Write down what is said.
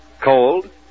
cold